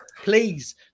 please